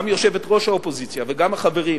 גם יושבת-ראש האופוזיציה וגם החברים,